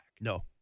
No